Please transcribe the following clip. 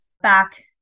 back